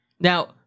Now